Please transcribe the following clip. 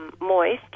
moist